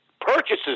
purchases